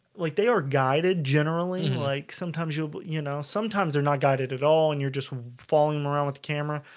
like they are guided generally like sometimes you but you know, sometimes they're not guided at all and you're just following them around with the camera.